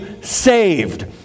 saved